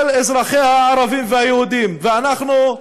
של אזרחיה הערבים והיהודים, ואנחנו,